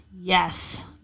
Yes